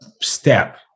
step